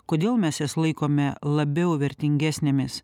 kodėl mes jas laikome labiau vertingesnėmis